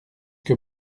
que